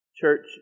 Church